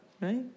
right